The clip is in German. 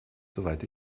soweit